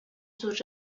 sus